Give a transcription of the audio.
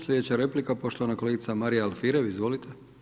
Sljedeća replika poštovana kolegica Marija Alfirev, izvolite.